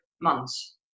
months